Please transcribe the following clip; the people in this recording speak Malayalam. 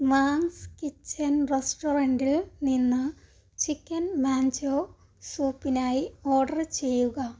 വാങ്ങ്സ് കിച്ചൻ റെസ്റ്റൊറൻറ്റിൽ നിന്ന് ചിക്കൻ മാഞ്ചോ സൂപ്പിനായി ഓർഡർ ചെയ്യുക